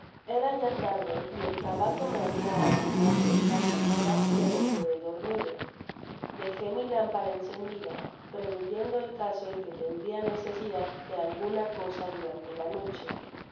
era ya tarde y el tabaco me habia abrumado de tal manera que me quedó dormido dejé mi lamparilla encendida preveyendo el caso en que tendria necesidad de alguna cosa durante la noche